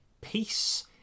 peace